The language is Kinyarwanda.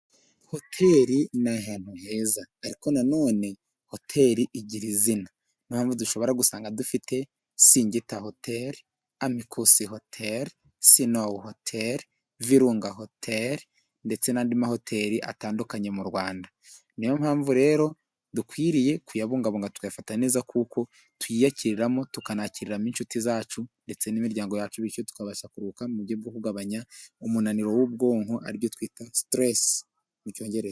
Hoteli n'ahantu heza, ariko nanone hoteli igira izina n'aho dushobora gusanga dufite singita hoteli, amekusi hoteli, sinowu hoteli, virunga hoteli ndetse n'andi mahoteli atandukanye. Mu Rwanda niyo mpamvu rero dukwiriye kuyabungabunga tuyafata neza, kuko tuyakiriramo tukanakiriramo inshuti zacu ndetse n'imiryango yacu. Bityo tukabasha kuruhuruka mu buryo bwo kugabanya umunaniro w'ubwonko aribyo twita siteresi mu icyongereza.